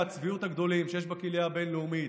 הצביעות הגדולים שיש בקהילה הבין-לאומית,